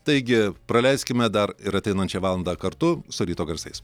taigi praleiskime dar ir ateinančią valandą kartu su ryto garsais